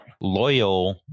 loyal